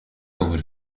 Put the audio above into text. over